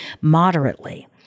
moderately